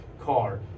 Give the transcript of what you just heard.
car